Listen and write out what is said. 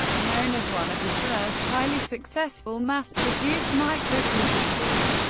known as one of the first highly successful mass-produced microcomputers,